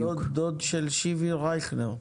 דוד של שיבי רייכנר.